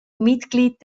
mitglied